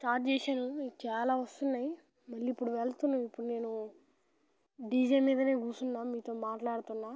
start చేశాను చాలా వస్తున్నాయి మళ్ళీ ఇప్పుడు వెళ్తున్నాను ఇప్పుడు నేను డీజే మీద కూర్చున్నా మీతో మాట్లాడుతున్నాను